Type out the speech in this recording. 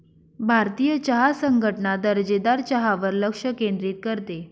भारतीय चहा संघटना दर्जेदार चहावर लक्ष केंद्रित करते